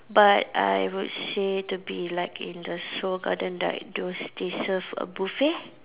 but I would say to be like in the Seoul garden like those they serve a buffet